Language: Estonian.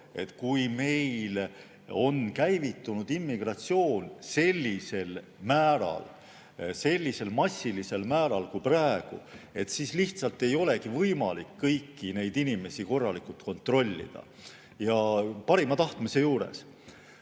et kui meil on käivitunud immigratsioon sellisel määral, sellisel massilisel määral nagu praegu, siis lihtsalt ei olegi võimalik kõiki neid inimesi korralikult kontrollida ka parima tahtmise juures. Aga